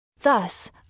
Thus